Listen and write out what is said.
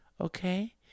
Okay